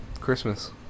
Christmas